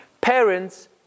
Parents